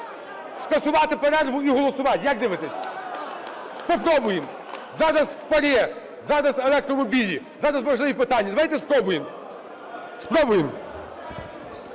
Скасувати перерву і голосувать. Як дивитесь? Попробуємо! Зараз ПАРЄ, зараз електромобілі, зараз важливі питання, давайте спробуємо. Спробуємо.